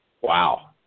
Wow